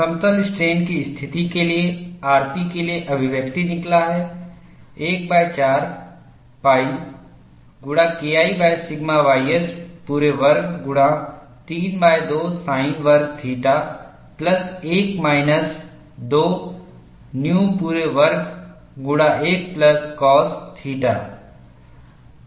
समतल स्ट्रेन की स्थिति के लिए rp के लिए अभिव्यक्ति निकला है 14 pi गुणा KI सिग्मा ys पूरे वर्ग गुणा 32 साइन वर्ग थीटा प्लस 1 माइनस 2 nu पूरे वर्ग गुणा 1 प्लस काश थीटा